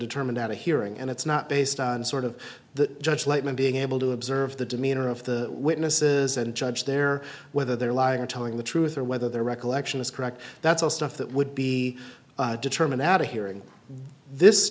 determined at a hearing and it's not based on sort of the judge let me being able to observe the demeanor of the witnesses and judge there whether they're lying or telling the truth or whether the recollection is correct that's all stuff that would be determined that a hearing this